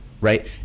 Right